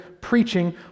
preaching